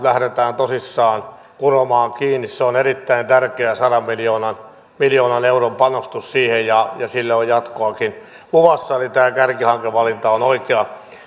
lähdetään tosissaan kuromaan kiinni se on erittäin tärkeä sadan miljoonan miljoonan euron panostus siihen ja sille on jatkoakin luvassa eli tämä kärkihankevalinta on oikea